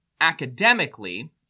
Academically